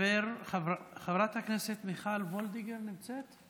חברה הכנסת מיכל וולדיגר נמצאת?